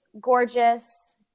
gorgeous